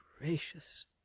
gracious